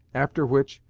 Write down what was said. after which,